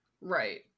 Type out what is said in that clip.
right